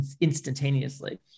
instantaneously